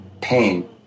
pain